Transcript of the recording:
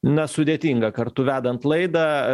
na sudėtinga kartu vedant laidą